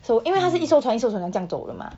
so 因为他是一艘船一艘船的这样走的吗